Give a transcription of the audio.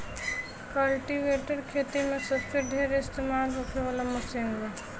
cultivator खेती मे सबसे ढेर इस्तमाल होखे वाला मशीन बा